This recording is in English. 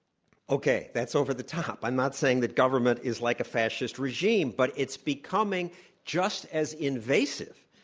okay, that's over the top. i'm not saying that government is like a fascist regime, but it's becoming just as invasive.